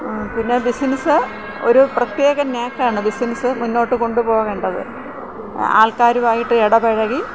പിന്നെ ബിസിനസ് ഒരു പ്രത്യേക നേക്കാണ് ബിസിനസ് മുന്നോട്ടു കൊണ്ടു പോകേണ്ടത് ആൾക്കാരുമായിട്ട് ഇടപഴകി